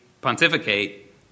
pontificate